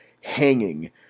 hanging